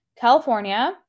California